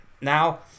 Now